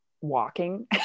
walking